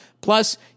Plus